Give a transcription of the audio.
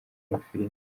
amafilimi